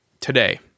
today